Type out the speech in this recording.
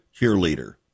cheerleader